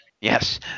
Yes